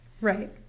Right